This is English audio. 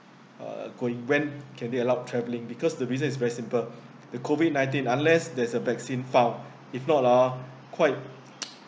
uh going when can they allow travelling because the reason is very simple the COVID nineteen unless there's a vaccine found if not ah quite